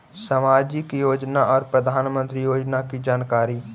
समाजिक योजना और प्रधानमंत्री योजना की जानकारी?